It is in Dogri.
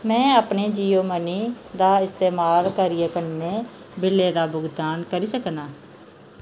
में अपने जियो मनी दा इस्तेमाल करियै कन्नै बिलें दा भुगतान करी सकनां